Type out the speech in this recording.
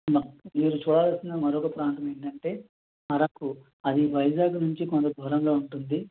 మీరు చూడాల్సిన మరొక ప్రాంతం ఏంటంటే అరకు అది వైజాగ్ నుంచి కొంత దూరంలో ఉంటుంది